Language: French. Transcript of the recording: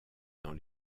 dans